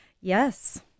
Yes